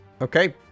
Okay